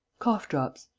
cough-drops.